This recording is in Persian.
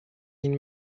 این